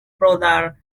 brother